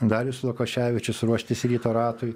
darius lokoševičius ruoštis ryto ratui